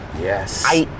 Yes